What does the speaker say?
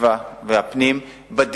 לפנים והגנת הסביבה.